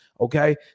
Okay